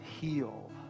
heal